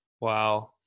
Wow